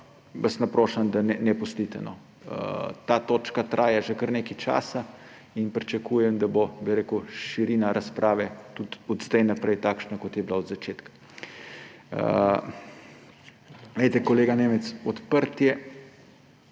vas naprošam, da ne pustite. Ta točka traja že kar nekaj časa in pričakujem, da bo širina razprave tudi od zdaj naprej takšna, kot je bila od začetka. Poglejte, kolega Nemec. Odprtje